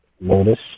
lotus